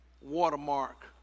Watermark